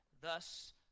Thus